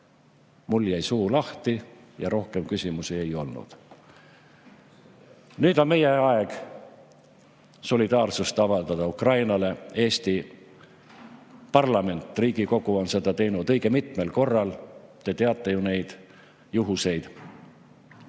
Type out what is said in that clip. Mul jäi suu lahti ja rohkem küsimusi ei olnud. Nüüd on meie aeg avaldada Ukrainale solidaarsust. Eesti parlament, Riigikogu, on seda teinud õige mitmel korral. Te teate ju neid juhtumeid.